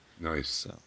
Nice